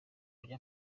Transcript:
nta